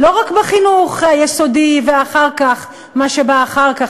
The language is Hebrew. לא רק בחינוך היסודי ומה שבא אחר כך,